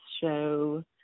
show